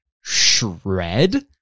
shred